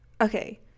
Okay